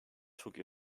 took